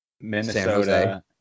Minnesota